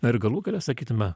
na ir galų gale sakytume